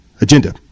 agenda